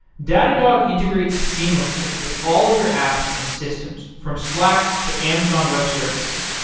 datadog integrates seamlessly with all of your apps and systems from slack, to amazon web services,